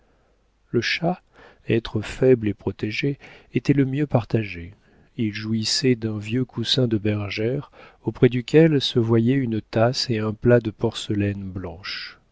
le chat être faible et protégé était le mieux partagé il jouissait d'un vieux coussin de bergère auprès duquel se voyaient une tasse et un plat de porcelaine blanche